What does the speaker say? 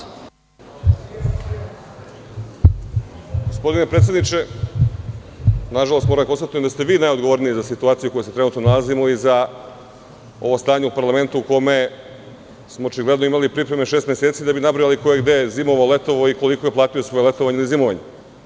Gospodine predsedniče, nažalost moram da konstatujem da ste vi najodgovorniji za situaciju u kojoj se trenutno nalazimo i za ovo stanje u parlamentu, u kome smo očigledno imali pripreme šest meseci da bi nabrojali ko je gde zimovao, letovao i koliko je platio svoje letovanje i zimovanje.